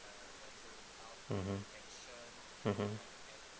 mmhmm mmhmm